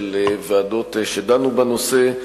של ועדות שדנו בנושא,